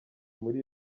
muri